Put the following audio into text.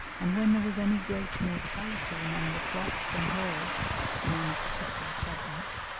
and when there was any great mortality among the flocks and herds in any particular province,